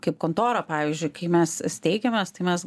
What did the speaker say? kaip kontora pavyzdžiui kai mes steigiamės tai mes